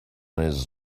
his